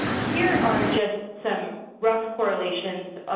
here are just some rough correlations.